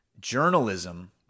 Journalism